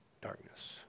darkness